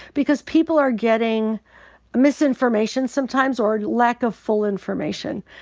because people are getting misinformation sometimes or lack of full information.